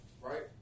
right